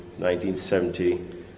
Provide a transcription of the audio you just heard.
1970